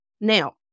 Now